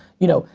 you know,